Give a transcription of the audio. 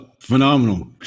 Phenomenal